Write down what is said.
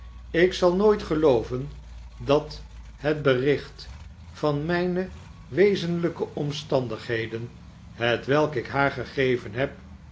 ik zal nooit gelooven dat het bericht van mijne wezenlijke omstandigheden hetwelk ik haar gegeven heb